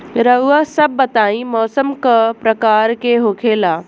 रउआ सभ बताई मौसम क प्रकार के होखेला?